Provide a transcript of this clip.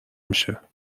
میشه